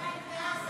למה הם עדיין בעזה?